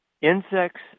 Insects